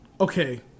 Okay